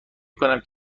میکنم